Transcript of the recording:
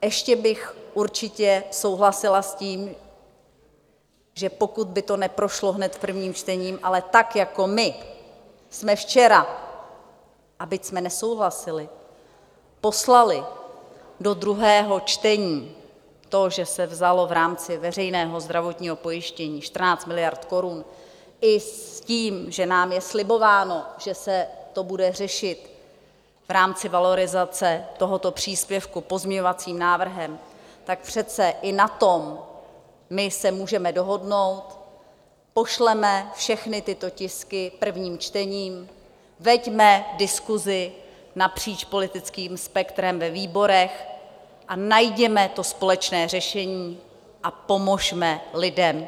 Ještě bych určitě souhlasila s tím, že by to neprošlo hned prvním čtením, ale tak jako my jsme včera, byť jsme nesouhlasili, poslali do druhého čtení to, že se vzalo v rámci veřejného zdravotního pojištění 14 miliard korun, i s tím, že nám je slibováno, že se to bude řešit v rámci valorizace tohoto příspěvku pozměňovacím návrhem, tak přece i na tom se můžeme dohodnout pošleme všechny tyto tisky prvním čtením, veďme diskusi napříč politickým spektrem ve výborech, najděme společné řešení a pomozme lidem.